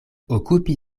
okupi